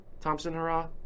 Thompson-Hurrah